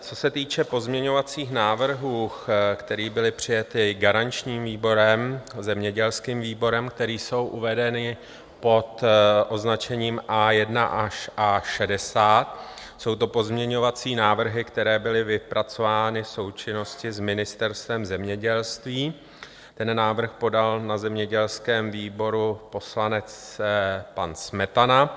Co se týče pozměňovacích návrhů, které byly přijaty garančním výborem, zemědělským výborem, které jsou uvedeny pod označením A1 až A60, jsou to pozměňovací návrhy, které byly vypracovány v součinnosti s Ministerstvem zemědělství, ten návrh podal na zemědělském výboru poslanec pan Smetana.